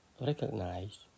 recognize